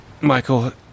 Michael